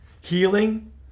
healing